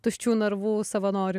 tuščių narvų savanoriu